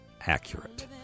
accurate